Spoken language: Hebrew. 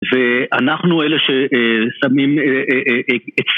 ואנחנו אלה ששמים את...